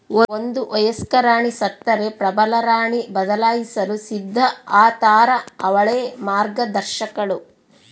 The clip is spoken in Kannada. ಒಂದು ವಯಸ್ಕ ರಾಣಿ ಸತ್ತರೆ ಪ್ರಬಲರಾಣಿ ಬದಲಾಯಿಸಲು ಸಿದ್ಧ ಆತಾರ ಅವಳೇ ಮಾರ್ಗದರ್ಶಕಳು